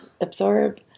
absorb